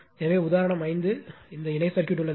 எனவே உதாரணம் 5 இந்த இணை சர்க்யூட் உள்ளது